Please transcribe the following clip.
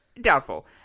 Doubtful